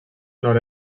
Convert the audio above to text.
nord